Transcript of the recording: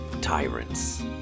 tyrants